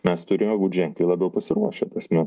mes turime būt ženkliai labiau pasiruošę ta prasme